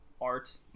art